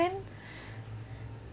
then